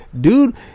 Dude